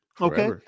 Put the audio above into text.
Okay